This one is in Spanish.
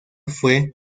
fue